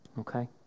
Okay